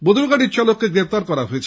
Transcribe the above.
Bolero গাড়ির চালককে গ্রেপ্তার করা হয়েছে